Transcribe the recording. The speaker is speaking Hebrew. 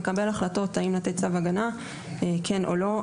מקבל החלטות האם לתת צו הגנה כן או לא.